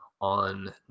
on